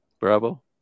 Bravo